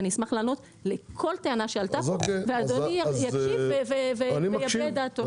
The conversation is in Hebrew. ואני אשמח לענות לכל טענה שעלתה ואדוני יקשיב ויחווה את דעתו.